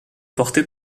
porté